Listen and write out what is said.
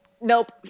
nope